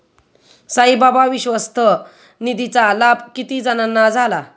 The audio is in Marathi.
साईबाबा विश्वस्त निधीचा लाभ किती जणांना झाला?